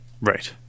Right